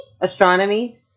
Astronomy